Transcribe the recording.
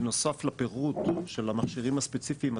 בנוסף לפירוט של המכשירים הספציפיים עצמם,